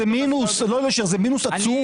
זה מינוס עצום.